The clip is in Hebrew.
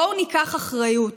בואו ניקח אחריות.